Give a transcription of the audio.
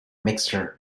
mixer